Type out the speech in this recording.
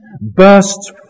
bursts